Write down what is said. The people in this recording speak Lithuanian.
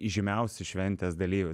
įžymiausiu šventės dalyviu